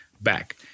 back